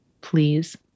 please